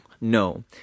no